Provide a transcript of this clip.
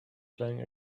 playing